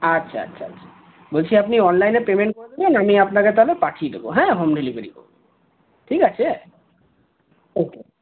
আচ্ছা আচ্ছা আচ্ছা বলছি আপনি অনলাইনে পেমেন্ট করে দেবেন আমি আপনাকে তাহলে পাঠিয়ে দেব হ্যাঁ হোম ডেলিভারি করে দেব ঠিক আছে ওকে